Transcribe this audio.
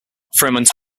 fremont